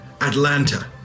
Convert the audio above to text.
Atlanta